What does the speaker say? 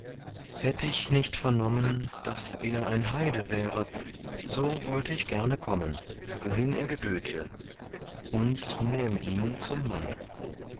hätt ich nicht vernommen daß er ein heide wäre so wollt ich gerne kommen wohin er geböte und nähm ihn zum mann